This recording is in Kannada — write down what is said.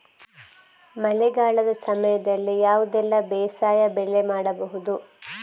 ಮಳೆಗಾಲದ ಸಮಯದಲ್ಲಿ ಯಾವುದೆಲ್ಲ ಬೇಸಾಯ ಬೆಳೆ ಮಾಡಬಹುದು?